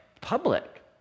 public